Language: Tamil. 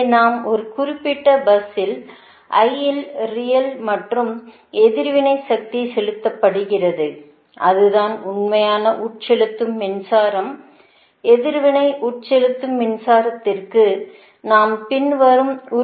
எனவே நாம் ஒரு குறிப்பிட்ட பஸ் i யில் ரியல் மற்றும் எதிர்வினை சக்தி செலுத்தப்படுகிறது அது தான் உண்மையான உட்செலுத்தும் மின்சாரம் எதிர்வினை உட்செலுத்தும் மின்சாரதிற்க்கு நாம் பின்னர் வருவோம்